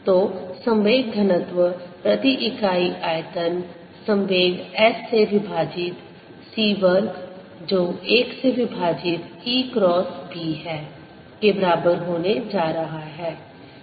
तो संवेग घनत्व प्रति इकाई आयतन संवेग S से विभाजित c वर्ग जो 1 से विभाजित E क्रॉस B है के बराबर होने जा रहा है